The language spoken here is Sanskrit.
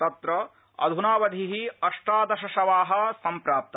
तत्र अध्नावधि अष्टादशशवा सम्प्राता